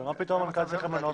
אבל מה פתאום המנכ"ל צריך למנות?